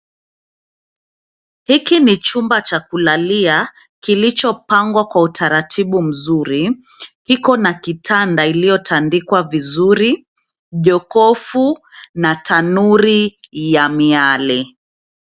Hiki ni chumba cha kulalia kilichopangwa kwa utaratibu mzuri. Ikona kitanda iliyotandikwa vizuri, jokofu na tanuri ya miale.